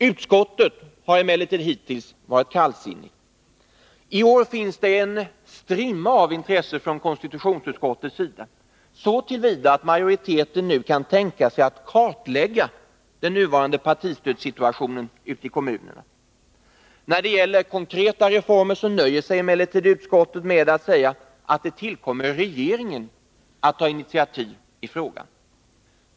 Utskottet har emellertid hittills varit kallsinnigt. I år finns det en strimma av intresse från konstitutionsutskottets sida, så till vida att majoriteten nu kan tänka sig att kartlägga den nuvarande partistödssituationen i kommunerna. När det gäller konkreta reformer nöjer sig utskottet med att säga att det tillkommer regeringen att ta initiativ i frågan.